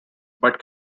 but